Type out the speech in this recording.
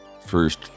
First